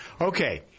Okay